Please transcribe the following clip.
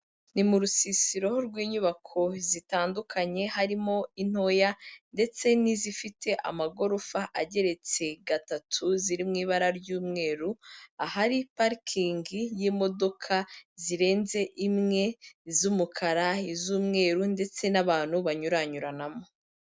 Ni mu rusisiro rw'inyubako zitandukanye harimo intoya ndetse n'izifite amagorofa ageretse gatatu ziri mu ibara ry'umweru, ahari parikingi y'imodoka zirenze imwe z'umukara, iz'umweru ndetse n'abantu banyuranyuranamo.